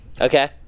Okay